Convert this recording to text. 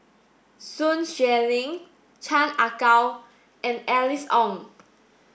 Sun Xueling Chan Ah Kow and Alice Ong